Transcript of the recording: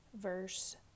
verse